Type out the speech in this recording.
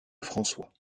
françois